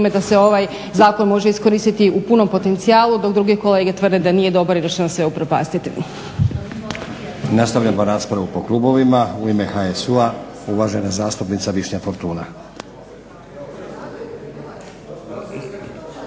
da se ovaj zakon jmože iskoristiti u punom potencijalu dok druge kolege tvrde da nije dobar i da će nam sve upropastiti.